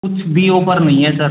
कुछ भी ओफर नहीं है सर